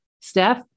Steph